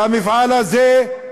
והמפעל הזה,